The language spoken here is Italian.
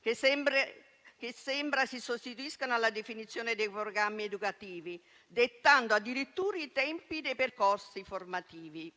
che sembra si sostituiscano alla definizione dei programmi educativi, dettando addirittura i tempi dei percorsi formativi.